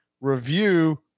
review